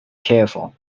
careful